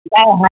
हाँ